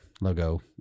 logo